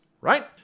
right